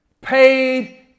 Paid